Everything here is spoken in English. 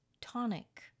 tonic